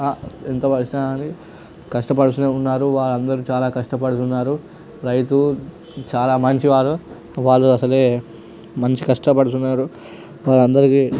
ఎంత వచ్చినా కాని కష్టపడుతూనే ఉన్నారు వాళ్ళందరూ చాలా కష్టపడుతున్నారు రైతు చాలా మంచివారు వాళ్ళు అసలే మంచి కష్టపడుతున్నారు వాళ్ళందరికీ